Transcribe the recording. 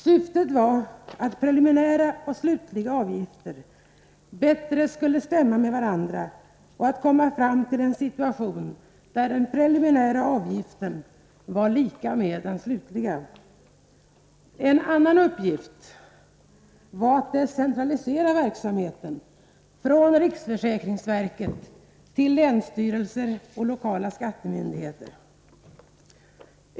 Syftet var att preliminära och slutliga avgifter bättre skulle stämma med varandra och att komma fram till en situation där den preliminära avgiften skulle vara lika med den slutliga. En annan upgift var att decentralisera verksamheten från riksförsäkringsverket till länsstyrelser och lokala skattemyndigheter.